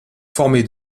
formé